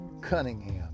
Cunningham